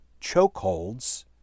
chokeholds